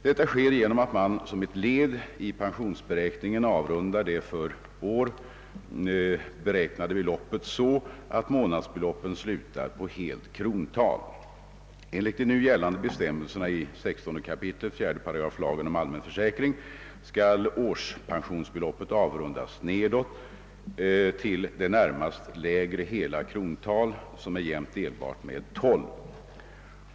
Detta sker genom att man som ett led i pensionsberäkningen avrundar det för år beräknade beloppet så att månadsbeloppen slutar på helt krontal. Enligt de nu gällande bestämmelserna i 16 kap. 4 8 lagen om allmän försäkring skall - årspensionsbeloppet avrundas neråt till det närmast lägre hela krontal som är jämnt delbart med tolv.